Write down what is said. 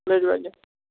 भिजवाइये